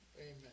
Amen